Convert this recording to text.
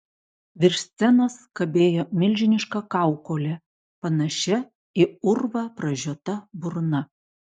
virš scenos kabėjo milžiniška kaukolė panašia į urvą pražiota burna